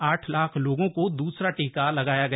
आठ लाख लोगों को दूसरा टीका लगाया गया